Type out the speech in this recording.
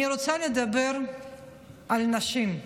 אני רוצה לדבר על נשים.